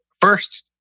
first